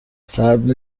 سرد